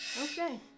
Okay